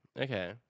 Okay